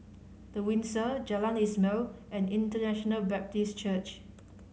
The Windsor Jalan Ismail and International Baptist Church